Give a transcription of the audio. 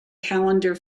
calendar